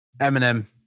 Eminem